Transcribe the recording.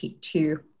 two